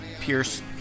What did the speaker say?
Pierce